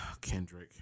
Kendrick